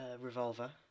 Revolver